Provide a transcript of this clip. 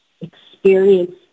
experience